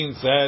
says